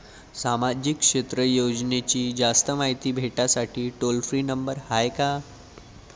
सामाजिक क्षेत्र योजनेची जास्त मायती भेटासाठी टोल फ्री नंबर हाय का?